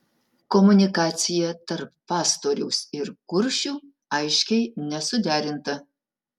komunikacija tarp pastoriaus ir kuršių aiškiai nesuderinta